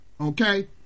Okay